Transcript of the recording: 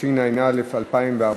התשע"ה 2014,